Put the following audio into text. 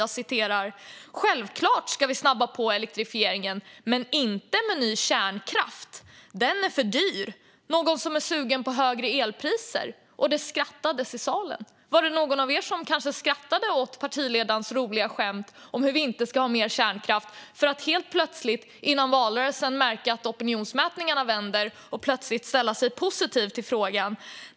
Jag citerar: Självklart ska vi snabba på elektrifieringen men inte med ny kärnkraft. Den är för dyr. Någon som är sugen på högre elpriser? Det skrattades i salen. Var det någon av er som skrattade åt partiledarens roliga skämt om att vi inte ska ha mer kärnkraft? Och sedan märkte man, före valrörelsen, att opinionsmätningarna vände och ställde sig plötsligt positiv i frågan.